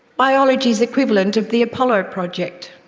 biology's equivalent of the apollo project.